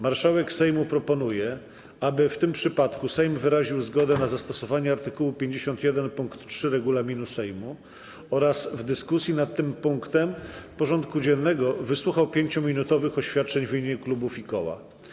Marszałek Sejmu proponuje, aby w tym przypadku Sejm wyraził zgodę na zastosowanie art. 51 pkt 3 regulaminu Sejmu oraz w dyskusji nad tym punktem porządku dziennego wysłuchał 5-minutowych oświadczeń w imieniu klubów i koła.